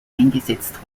eingesetzt